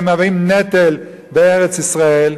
שהם מהווים נטל בארץ-ישראל.